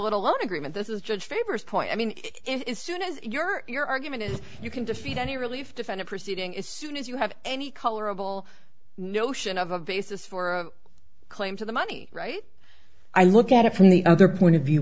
little on agreement this is judge favors point i mean it is soon as your your argument is you can defeat any relief to find a proceeding as soon as you have any colorable notion of a basis for a claim to the money right i look at it from the other point of view